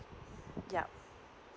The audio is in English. yup